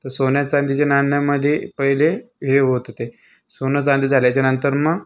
तर सोन्याचांदीच्या नाण्यांमध्ये पहिले हे होतं होते सोनं चांदी झाल्याच्यानंतर मग